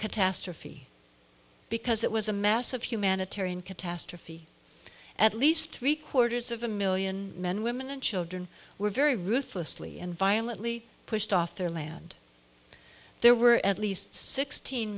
catastrophe because it was a massive humanitarian catastrophe at least three quarters of a million men women and children were very ruthlessly and violently pushed off their land there were at least sixteen